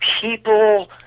people